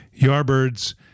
Yardbirds